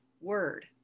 word